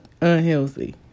unhealthy